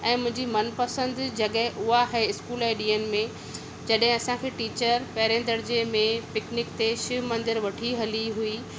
ऐं मुंहिंजी मनपसंदि जॻहि उहा हे स्कूल ॾीहनि में जॾहिं असां खे टीचर पहिरिएं दर्जे में पिकनिक ते शिव मंदरु वठी हली हुई